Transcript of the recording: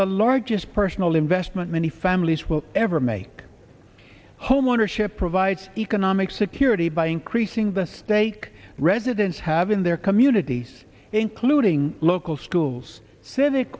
the largest personal investment many families will ever make homeownership provides economic security by increasing the stake residents have in their communities including local schools civic